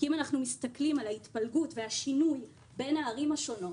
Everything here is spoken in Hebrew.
כי אם אנחנו מסתכלים על ההתפלגות ועל השינוי בין הערים השונות,